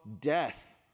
death